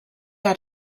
had